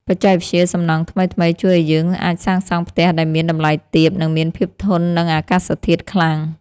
បច្ចេកវិទ្យាសំណង់ថ្មីៗជួយឱ្យយើងអាចសាងសង់ផ្ទះដែលមានតម្លៃទាប និងមានភាពធន់នឹងអាកាសធាតុខ្លាំង។